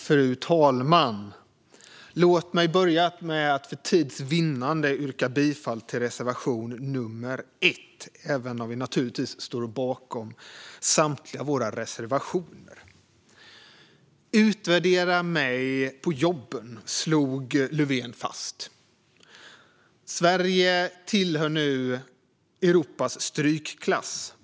Fru talman! Låt mig börja med att för tids vinnande yrka bifall till reservation 1, även om vi naturligtvis står bakom samtliga våra reservationer. Utvärdera mig på jobben, slog Löfven fast. Sverige tillhör nu Europas strykklass.